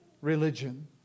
religion